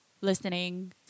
listening